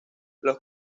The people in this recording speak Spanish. los